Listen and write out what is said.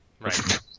Right